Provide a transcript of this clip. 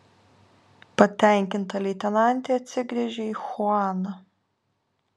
patenkinta leitenantė atsigręžė į chuaną